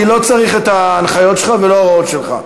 אני לא צריך את ההנחיות שלך ולא את ההוראות שלך.